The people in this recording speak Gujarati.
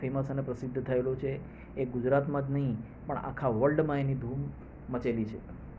ફેમસ અને પ્રસિદ્ધ થએલો છે એ ગુજરાતમાં જ નહીં પણ આખા વર્લ્ડમાં એની ધૂમ મચેલી છે